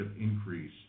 increase